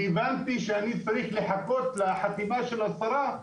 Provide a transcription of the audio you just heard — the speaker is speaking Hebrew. והבנתי שאני צריך לחכות לחתימה של השרה,